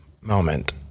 moment